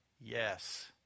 yes